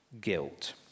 guilt